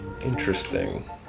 interesting